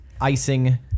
icing